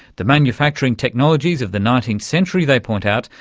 the manufacturing technologies of the nineteenth century, they point out,